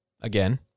Again